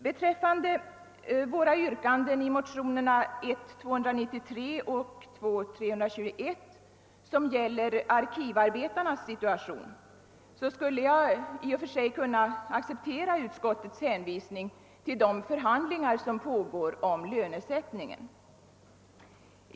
Beträffande våra yrkanden i motionerna I: 293 och II: 321, som gäller arkivarbetarnas situation, så skulle jag i och för sig kunna acceptera utskottets hänvisning till de förhandlingar som pågår om lönesättningen.